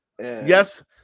Yes